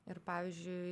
ir pavyzdžiui